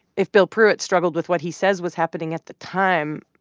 if bill pruitt struggled with what he says was happening at the time,